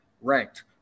ranked